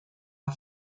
are